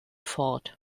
fort